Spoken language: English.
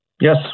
Yes